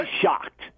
shocked